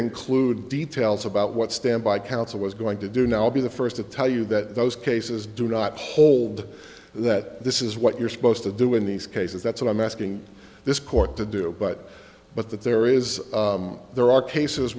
include details about what standby counsel was going to do now be the first to tell you that those cases do not hold that this is what you're supposed to do in these cases that's what i'm asking this court to do but but that there is there are cases